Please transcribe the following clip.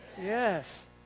Yes